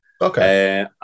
Okay